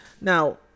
Now